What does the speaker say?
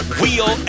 wheel